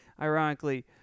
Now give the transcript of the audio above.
ironically